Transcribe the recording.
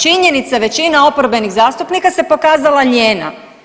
Činjenica većina oporbenih zastupnika se pokazala lijena.